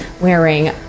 wearing